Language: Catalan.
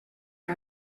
que